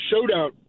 showdown